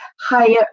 higher